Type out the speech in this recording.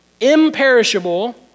imperishable